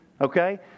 Okay